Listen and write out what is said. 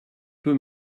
peu